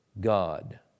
God